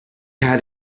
had